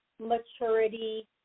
maturity